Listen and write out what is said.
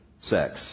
sex